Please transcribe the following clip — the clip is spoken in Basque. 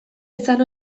izan